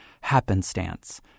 happenstance